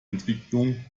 entwicklung